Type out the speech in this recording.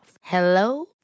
Hello